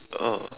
oh